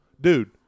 dude